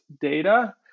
data